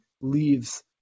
leaves